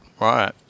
right